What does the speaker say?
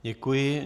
Děkuji.